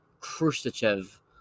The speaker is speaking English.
Khrushchev